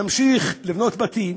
נמשיך לבנות בתים,